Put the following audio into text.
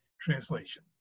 translation